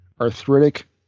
arthritic